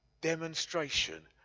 demonstration